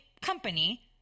company